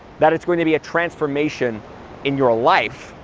that it's going to be a transformation in your ah life,